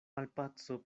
malpaco